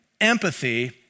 empathy